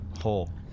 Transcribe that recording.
Hole